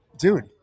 Dude